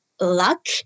luck